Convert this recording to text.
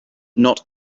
not